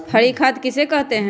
हरी खाद किसे कहते हैं?